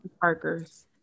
parker's